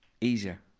Easier